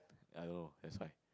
ya I don't know that's why